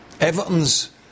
Everton's